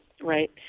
right